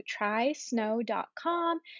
trysnow.com